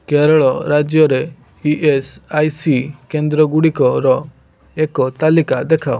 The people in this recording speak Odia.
କେରଳ ରାଜ୍ୟରେ ଇ ଏସ୍ ଆଇ ସି କେନ୍ଦ୍ର ଗୁଡ଼ିକର ଏକ ତାଲିକା ଦେଖାଅ